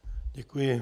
Děkuji.